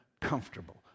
comfortable